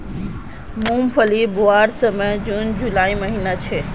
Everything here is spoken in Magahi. मूंगफली बोवार समय जून जुलाईर महिना छे